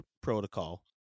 protocol